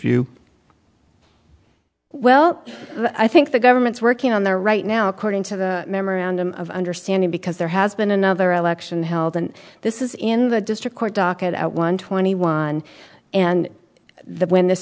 view well i think the government's working on there right now according to the memorandum of understanding because there has been another election held and this is in the district court docket at one twenty one and the when this